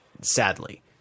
Sadly